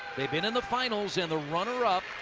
they've been and the finals, and the runner-up,